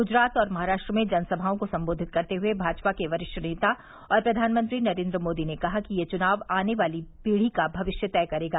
गुजरात और महाराष्ट्र में जनसभाओं को संबोधित करते हए भाजपा के वरिष्ठ नेता और प्रधानमंत्री नरेन्द्र मोदी ने कहा कि ये चुनाव आने वाली पीढ़ी का भविष्य तय करेगा